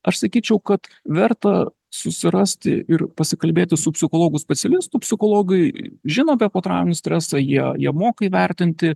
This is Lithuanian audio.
aš sakyčiau kad verta susirasti ir pasikalbėti su psichologu specialistu psichologai žino apie potrauminį stresą jie jie moka įvertinti